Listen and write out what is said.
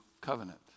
covenant